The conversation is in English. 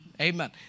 Amen